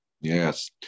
Yes